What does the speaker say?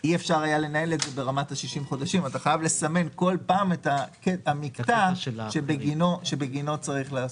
אתה חייב לסמן כל פעם את המקטע שבגינו צריך לעשות.